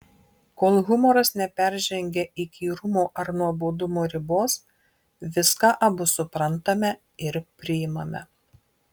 kol humoras neperžengia įkyrumo ar nuobodumo ribos viską abu suprantame ir priimame